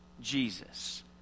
Jesus